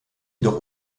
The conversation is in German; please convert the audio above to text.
jedoch